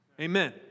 Amen